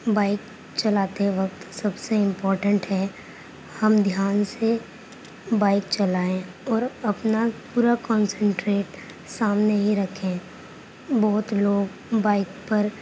bike چلاتے وقت سب سے امپارٹینٹ ہے ہم دھیان سے بائک چلائیں اور اپنا پورا کانسنٹریٹ سامنے ہی رکھیں بہت لوگ بائک پر